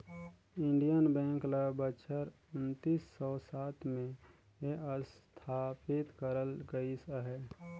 Indian bank ल बछर उन्नीस सव सात में असथापित करल गइस अहे